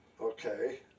Okay